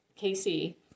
Casey